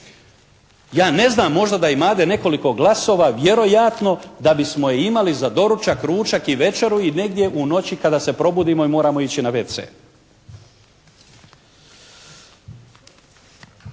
Ja ne znam, možda da imade nekoliko glasova vjerojatno da bismo je imali za doručak, ručak i večeru i negdje u noći kada se probudimo i moramo ići na wc.